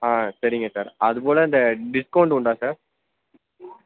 ஆ சரிங்க சார் அதுபோல் இந்த டிஸ்க்கவுண்டு உண்டா சார்